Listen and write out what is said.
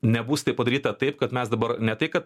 nebus tai padaryta taip kad mes dabar ne tai kad